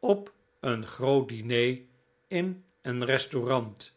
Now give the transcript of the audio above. op een groot diner in een restaurant